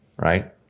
right